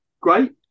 great